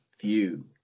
view